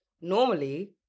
normally